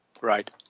Right